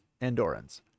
Andorans